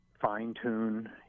fine-tune